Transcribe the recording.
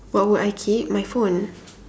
what will I keep my phone